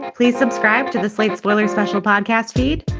please subscribe to the slate spoilery special podcast feed.